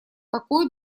такой